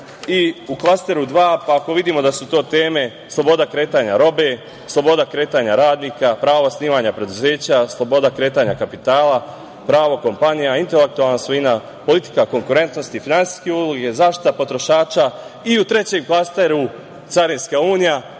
i u klasteru dva, ako vidimo da su to teme - sloboda kretanja robe, sloboda kretanja radnika, prava osnivanja preduzeća, sloboda kretanja kapitala, pravo kompanija, intelektualna svojina, politika konkurentnosti, finansijska uloga, zaštita potrošača i u trećem klasteru - carinska unija,